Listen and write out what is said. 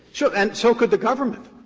sure, and so could the government.